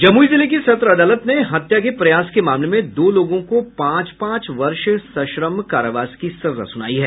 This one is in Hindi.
जमुई जिले की सत्र अदालत ने हत्या के प्रयास के मामले में दो लोगों को पांच पांच वर्ष सश्रम कारावास की सजा सुनाई है